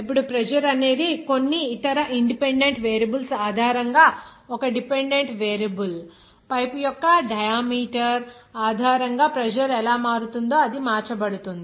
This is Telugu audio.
ఇప్పుడు ప్రెజర్ అనేది కొన్ని ఇతర ఇన్ డిపెండెంట్ వేరియబుల్స్ ఆధారంగా ఒక డిపెండెంట్ వేరియబుల్ పైపు యొక్క డయామీటర్ ఆధారంగా ప్రెజర్ ఎలా మారుతుందో అది మార్చబడుతుంది